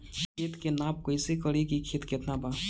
खेत के नाप कइसे करी की केतना खेत बा?